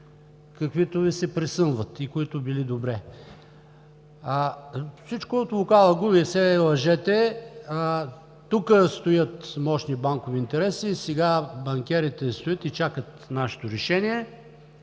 каквито Ви се присънват и били добре. Всичко е от лукаваго, не се лъжете! Тук стоят мощни банкови интереси. Сега банкерите стоят и чакат нашето решение